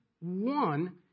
one